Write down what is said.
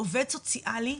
עובד סוציאלי,